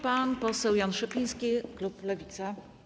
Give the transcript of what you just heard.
Pan poseł Jan Szopiński, klub Lewica.